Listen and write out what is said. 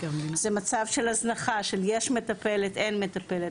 זה מצב של הזנחה של יש מטפלת אין מטפלת,